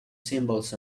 symbols